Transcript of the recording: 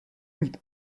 mít